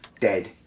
dead